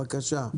בבקשה.